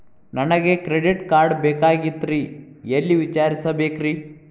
ನನಗೆ credit card ಬೇಕಾಗಿತ್ರಿ ಎಲ್ಲಿ ವಿಚಾರಿಸಬೇಕ್ರಿ?